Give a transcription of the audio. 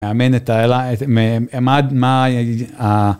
מאמן את האלה, ממ מה.. מה.. אה..